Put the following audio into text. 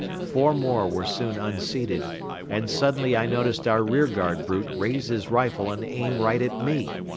four more were soon unseated and suddenly i noticed our rearguard brute raise his rifle and aim right at me.